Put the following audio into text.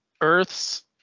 Earths